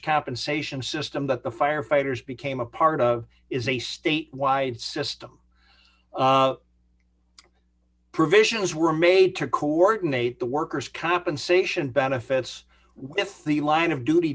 compensation system the firefighters became a part of is a state wide system provisions were made to coordinate the workers compensation benefits with the line of duty